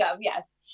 yes